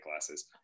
glasses